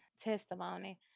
testimony